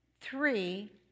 three